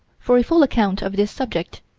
for a full account of this subject,